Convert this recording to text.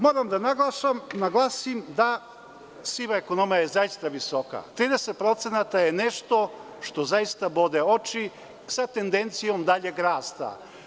Moram da naglasim da je siva ekonomija zaista visoka, 30% je nešto što zaista bode oči sa tendencijom daljeg rasta.